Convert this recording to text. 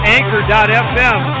Anchor.fm